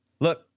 Look